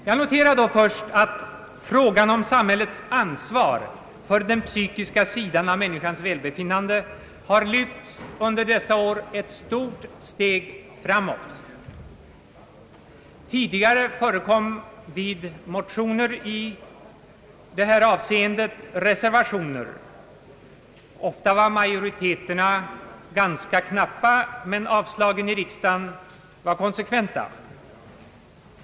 Jag noterar då först att frågan om samhällets ansvar för den psykiska sidan av människans välbefinnande har tagit ett stort steg framåt. Tidigare förekom vid motioner i det här avseendet reservationer. Ofta var majoriteterna ganska knappa, men avslagen i riksdagen var konsekventa.